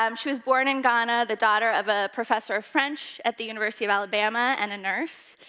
um she was born in ghana, the daughter of a professor of french at the university of alabama, and a nurse.